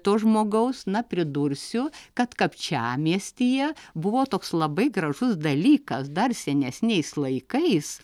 to žmogaus na pridursiu kad kapčiamiestyje buvo toks labai gražus dalykas dar senesniais laikais